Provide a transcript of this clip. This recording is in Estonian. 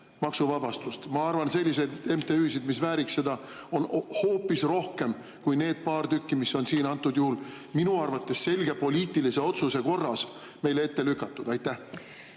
Ma arvan, et selliseid MTÜ-sid, mis seda vääriks, on hoopis rohkem kui need paar tükki, mis on siin praegu – minu arvates selge poliitilise otsuse korras – meile ette lükatud. Aitäh,